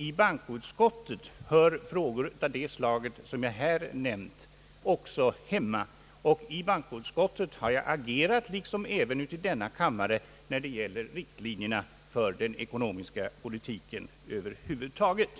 I bankoutskottet hör frågor av det slag som jag här nämnt också hemma, och i bankoutskottet har jag agerat, liksom även i denna kammare, när det gäller riktlinjerna för den ekonomiska politiken över huvud taget.